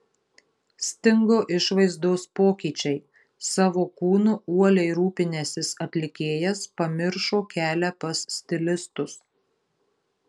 stingo išvaizdos pokyčiai savo kūnu uoliai rūpinęsis atlikėjas pamiršo kelią pas stilistus